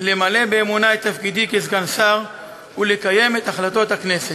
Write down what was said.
למלא באמונה את תפקידי כסגן שר ולקיים את החלטות הכנסת.